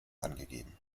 angegeben